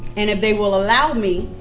and if they will allow me,